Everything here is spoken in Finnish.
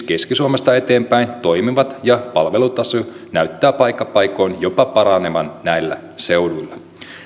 keski suomesta eteenpäin toimivat ja palvelutaso näyttää paikka paikoin jopa paranevan näillä seuduilla